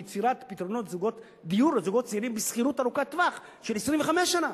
ביצירת פתרונות דיור לזוגות צעירים בשכירות ארוכת-טווח של 25 שנה.